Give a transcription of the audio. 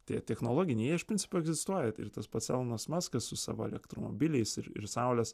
tie technologiniai jie iš principo egzistuoja ir tas pats elonas maskas su savo elektromobiliais ir ir saulės